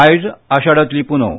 आयज आषाढातली पुनव